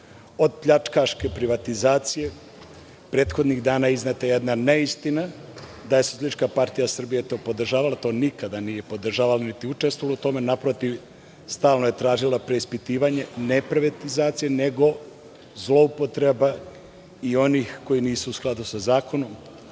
od pljačkaške privatizacije. Prethodnih dana izneta jedna neistina da je SPS to podržavala. To nikad nije podržavano niti je učestvovala u tome. Naprotiv, stalno je tražila preispitivanje ne privatizacije, nego zloupotreba i onih koji nisu u skladu sa zakonom,